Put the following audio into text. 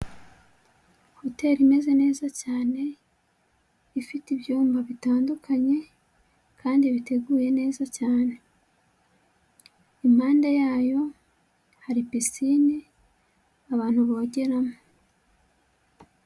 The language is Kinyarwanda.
Hoteri imeze neza cyane, ifite ibyumba bitandukanye kandi biteguye neza cyane. Impande yayo hari pisine abantu bogeramo.